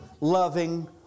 loving